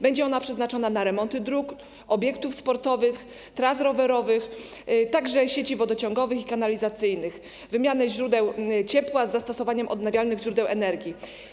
Będzie ona przeznaczona na remonty dróg, obiektów sportowych, tras rowerowych, także sieci wodociągowych i kanalizacyjnych, wymianę źródeł ciepła z zastosowaniem odnawialnych źródeł energii.